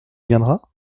viendra